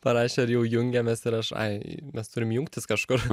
parašė ar jau jungiamės ir aš ai mes turim jungtis kažkur